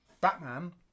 Batman